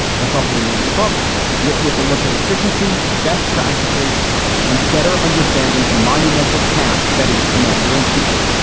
that's also the name of the book written with a look at efficiency, best practices and better understanding the monumental task that is commander in chief.